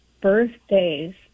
Birthdays